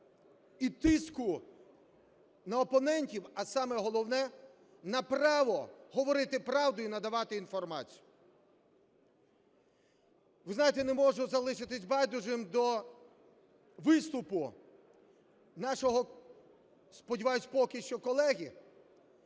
і тиску на опонентів. А саме головне – на право говорити правду і надавати інформацію. Ви знаєте, не можу залишитись байдужим до виступу нашого, сподіваюсь, поки що, колеги,